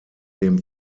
dem